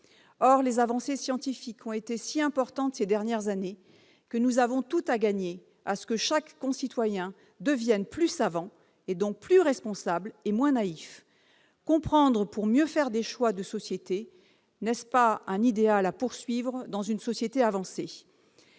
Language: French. Or les avancées scientifiques ont été si importantes ces dernières années que nous avons tout à gagner à ce que chaque citoyen devienne plus savant, donc plus responsable et moins naïf. Comprendre pour mieux faire des choix de société, n'est-ce pas un idéal à poursuivre dans une société avancée ?